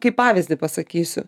kaip pavyzdį pasakysiu